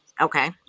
Okay